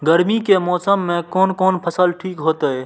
गर्मी के मौसम में कोन कोन फसल ठीक होते?